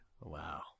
Wow